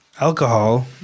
alcohol